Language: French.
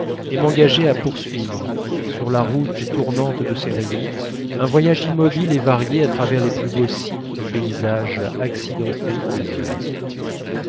et m'engager à poursuivre sur la route tournante de ses rayons un voyage immobile et varié à travers les plus beaux sites du paysage accidenté des heures